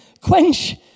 quench